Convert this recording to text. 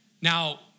Now